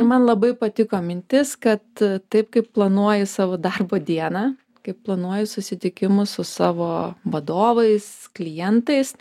man labai patiko mintis kad taip kaip planuoji savo darbo dieną kaip planuoju susitikimus su savo vadovais klientais